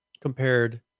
compared